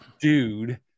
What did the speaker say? dude